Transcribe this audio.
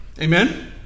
Amen